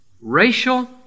racial